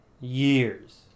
years